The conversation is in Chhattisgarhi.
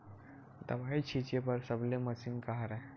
दवाई छिंचे बर सबले मशीन का हरे?